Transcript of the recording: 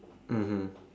mmhmm